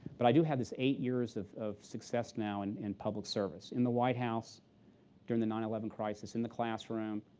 but i do have this eight years of of success now and in public service in the white house during the nine eleven crisis, in the classroom,